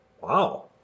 Wow